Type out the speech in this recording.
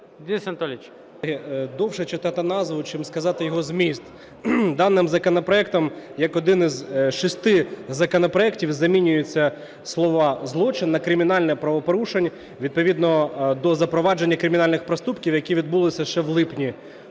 Довше читати назву, чим сказати його зміст. Даним законопроектом як одним із шести законопроектів замінюються слова "злочин" на "кримінальне правопорушення" відповідно до запровадження кримінальних проступків, які відбулися ще в липні.